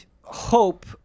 hope